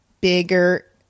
bigger